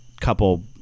couple